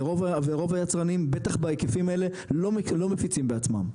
ורוב היצרנים בטח בהיקפים האלה, לא מפיצים בעצמם.